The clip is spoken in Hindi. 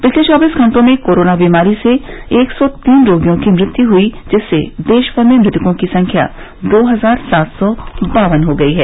पिछले चौबीस घंटों में कोरोना बीमारी से एक सौ तीन रोगियों की मृत्यु हुई जिससे देश भर में मृतकों की संख्या दो हजार सात सौ बावन हो गयी है